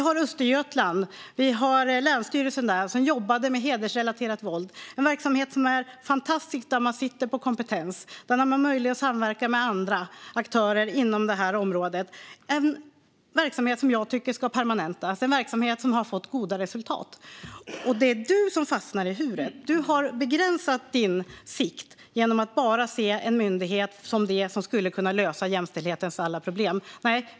Länsstyrelsen i Östergötland jobbade med hedersrelaterat våld. Det är en verksamhet som är fantastisk, där man sitter på kompetens och har möjlighet att samverka med andra aktörer inom detta område. Det är en verksamhet som jag tycker ska permanentas och som har fått goda resultat. Det är du, Annika Hirvonen Falk, som fastnar i "hur". Du har begränsat din sikt genom att se en myndighet som det enda som skulle kunna lösa jämställdhetens alla problem.